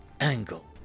angle